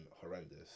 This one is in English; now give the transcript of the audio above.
horrendous